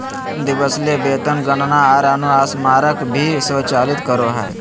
वेतन दिवस ले वेतन गणना आर अनुस्मारक भी स्वचालित करो हइ